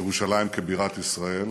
שירושלים כבירת ישראל